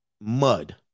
mud